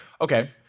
Okay